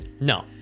No